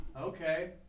Okay